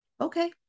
Okay